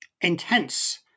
intense